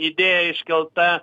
idėja iškelta